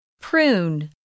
Prune